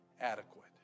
adequate